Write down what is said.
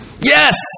Yes